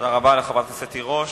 תודה רבה לחברת הכנסת תירוש.